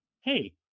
hey